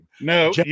No